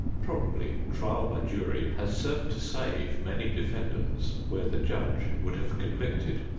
probably trial by jury has served to save many defendants where the judge would have convicted,